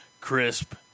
crisp